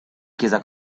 chiesa